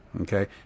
okay